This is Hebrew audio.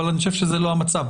אבל אני חושב שזה לא המצב.